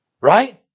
Right